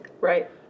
right